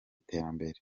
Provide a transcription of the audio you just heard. terambere